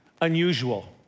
unusual